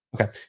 Okay